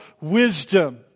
wisdom